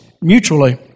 mutually